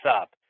up